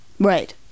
Right